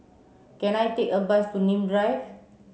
can I take a bus to Nim Drive